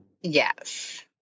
Yes